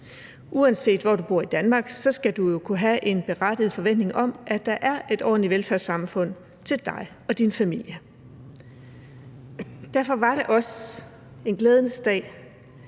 Uanset hvor du bor i Danmark, skal du jo kunne have en berettiget forventning om, at der er et ordentligt velfærdssamfund til dig og din familie. Derfor var det også en glædens dag,